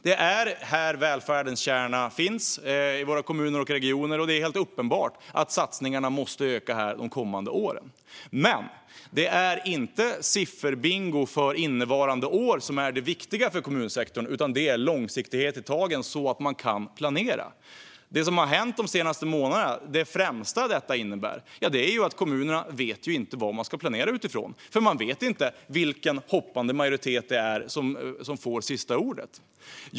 Det är i våra kommuner och regioner välfärdens kärna finns, och det är helt uppenbart att satsningarna måste öka de kommande åren. Men det är inte sifferbingo för innevarande år som är det viktiga för kommunsektorn, utan det är långsiktighet i tagen, så att man kan planera. Det som har hänt de senaste månaderna innebär främst att kommunerna inte vet vad de ska planera utifrån; de vet inte vilken hoppande majoritet som får sista ordet.